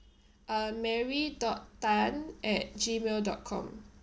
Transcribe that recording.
uh mary dot tan at gmail dot com